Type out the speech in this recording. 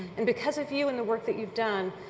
and because of you and the work that you've done,